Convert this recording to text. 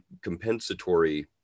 compensatory